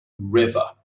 river